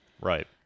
Right